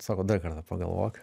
sako dar kartą pagalvok